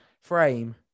Frame